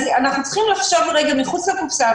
אז אנחנו צריכים לחשוב רגע מחוץ לקופסא,